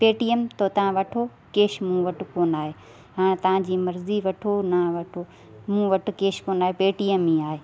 Paytm थो तव्हां वठो कैश मूं वटि कोन आहे हा तव्हांजी मर्ज़ी वठो न वठो मूं वटि कैश कोन आहे पेटीएम ई आहे